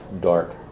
dark